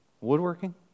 Woodworking